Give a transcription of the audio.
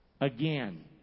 again